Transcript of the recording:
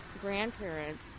grandparents